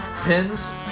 pins